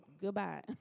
goodbye